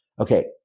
okay